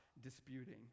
disputing